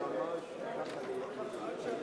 ההצעה להסיר